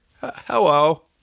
Hello